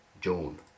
Joan